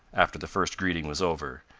after the first greeting was over,